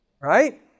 Right